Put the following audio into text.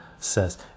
says